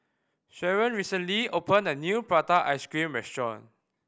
Sheron recently opened a new prata ice cream restaurant